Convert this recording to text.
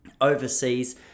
overseas